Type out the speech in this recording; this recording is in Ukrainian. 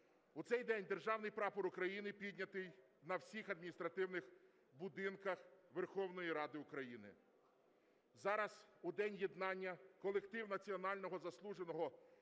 У цей день Державний Прапор України піднятий на всіх адміністративних будинках Верховної Ради України. Зараз, у День єднання, колектив Національного заслуженого